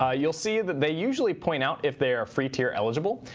ah you'll see that they usually point out if they are free tier eligible.